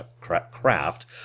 craft